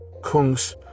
Kungs